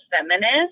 feminist